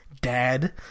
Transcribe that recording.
Dad